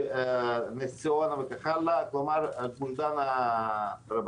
נס ציונה וכן הלאה כלומר גוש דן רבתי.